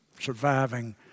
surviving